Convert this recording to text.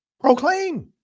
Proclaim